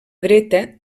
dreta